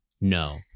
No